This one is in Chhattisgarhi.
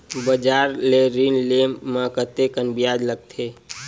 बजार ले ऋण ले म कतेकन ब्याज लगथे?